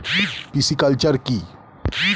Pisciculture কি?